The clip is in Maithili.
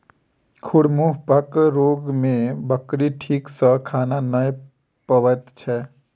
खुर मुँहपक रोग मे बकरी ठीक सॅ खा नै पबैत छै